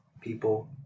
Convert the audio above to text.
people